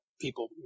people